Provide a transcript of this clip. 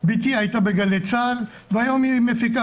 בתי הייתה בגלי צה"ל והיום היא מפיקה